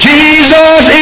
Jesus